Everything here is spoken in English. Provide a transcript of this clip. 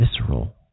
visceral